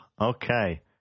okay